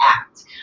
act